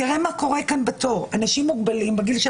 תראה מה קורה כאן בתור אנשים מוגבלים בגיל של